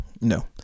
no